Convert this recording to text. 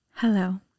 Hello